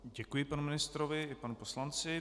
Děkuji panu ministrovi i panu poslanci.